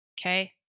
Okay